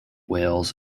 whales